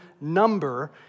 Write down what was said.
number